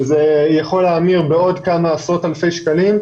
זה יכול לעלות עוד כמה עשרות אלפי שקלים,